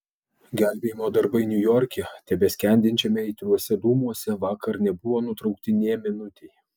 gelbėjimo darbai niujorke tebeskendinčiame aitriuose dūmuose vakar nebuvo nutraukti nė minutei